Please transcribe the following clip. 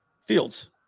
fields